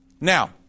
Now